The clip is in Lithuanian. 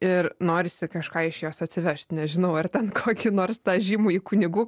ir norisi kažką iš jos atsivežt nežinau ar ten kokį nors tą žymųjį kunigų